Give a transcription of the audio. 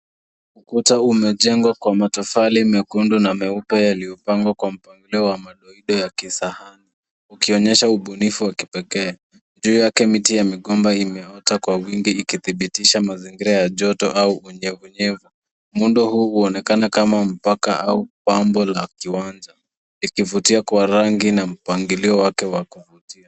Ukuta umejengwa kwa matofali mekundu na meupe yaliyopangwa kwa mpangilio wa madoido ya kisahani, ukionyesha ubunifu wa kipekee. Juu yake miti ya migomba imeota kwa wingi ikithibitisha mazingira ya joto au unyevunyevu. Muundo huu huonekana kama mpaka au pambo la kiwanja. Likivutia kwa rangi na mpangilio wake wa kuvutia.